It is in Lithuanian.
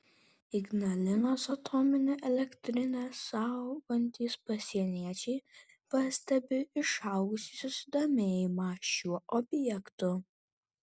ignalinos atominę elektrinę saugantys pasieniečiai pastebi išaugusį susidomėjimą šiuo objektu